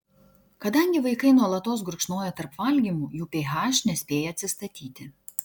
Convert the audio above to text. kadangi vaikai nuolatos gurkšnoja tarp valgymų jų ph nespėja atsistatyti